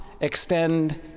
extend